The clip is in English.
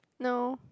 no